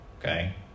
okay